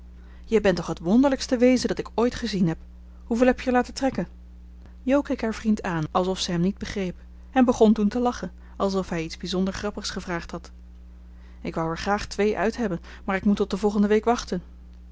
jij bent toch het wonderlijkste wezen dat ik ooit gezien heb hoeveel heb j'er laten trekken jo keek haar vriend aan alsof ze hem niet begreep en begon toen te lachen alsof hij iets bijzonder grappigs gevraagd had ik wou er graag twee uit hebben maar ik moet tot de volgende week wachten